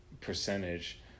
percentage